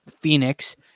Phoenix